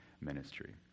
ministry